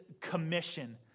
commission